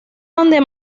donde